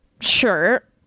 Sure